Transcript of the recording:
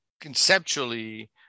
conceptually